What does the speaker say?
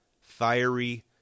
fiery